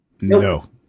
No